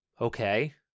okay